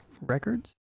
records